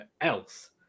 else